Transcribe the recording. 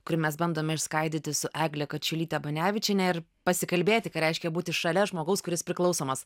kurį mes bandome išskaidyti su egle kačiulyte banevičiene ir pasikalbėti ką reiškia būti šalia žmogaus kuris priklausomas